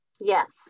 yes